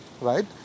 right